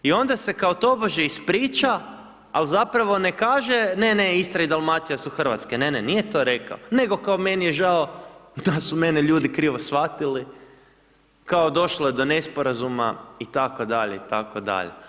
I onda se kao tobože ispriča, ali zapravo ne kaže, ne ne Istra i Dalmacija su Hrvatske, ne ne nije to rekao, nego kao meni je žao da su mene ljudi krivo shvatili, kao došlo je do nesporazuma itd., itd.